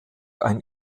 ein